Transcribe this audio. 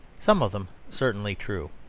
some of them certainly true.